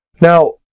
Now